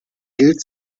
gilt